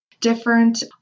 different